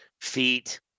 feet